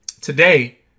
Today